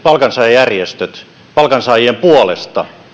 palkansaajajärjestöt palkansaajien puolesta